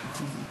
יש רעיונות.